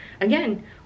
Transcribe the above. again